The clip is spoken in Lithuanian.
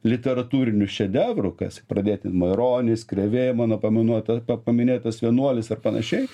literatūrinių šedevru kas pradėti maironis krėvė mano paminuota paminėtas vienuolis ar panašiai